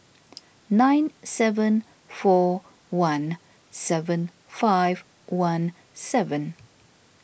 nine seven four one seven five one seven